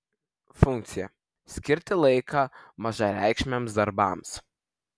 funkcija skirti laiką mažareikšmiams darbams